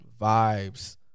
vibes